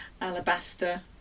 alabaster